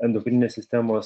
endokrininės sistemos